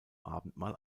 abendmahl